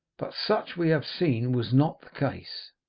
but such we have seen was not the case.